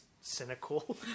cynical